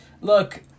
Look